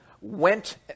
went